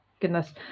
Goodness